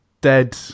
dead